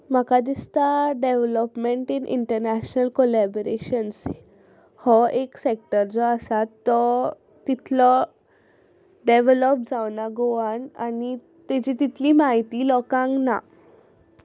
म्हाका दिसता development in international collaborations हो एक सेक्टर जो आसा तो तितलो डेवलोप जावंकना गोवान आनी ताजी तितली म्हायती लोकांक ना